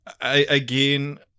again